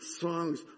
songs